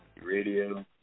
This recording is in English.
Radio